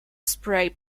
spray